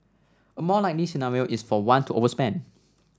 a more likely scenario is for one to overspend